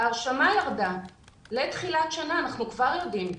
ההרשמה ירדה לתחילת שנה, אנחנו כבר יודעים.